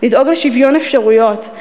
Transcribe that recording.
לדאוג לשוויון אפשרויות,